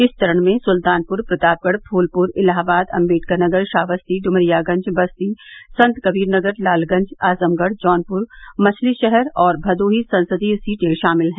इस चरण में सुल्तानपुर प्रतापगढ़ फूलपुर इलाहाबाद अम्बेडकरनगर श्रावस्ती डुनरियागंज बस्ती संतकबीरनगर लालगंज आजमगढ़ जौनपुर मछलीशहर और भदोही संसदीय सीटें शामिल हैं